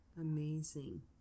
amazing